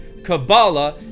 Kabbalah